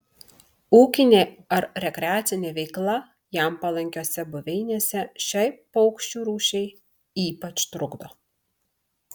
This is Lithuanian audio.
ūkinė ar rekreacinė veikla jam palankiose buveinėse šiai paukščių rūšiai ypač trukdo